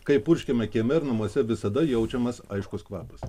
kai purškiama kieme ar namuose visada jaučiamas aiškus kvapas